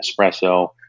espresso